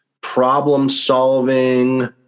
problem-solving